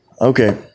Okay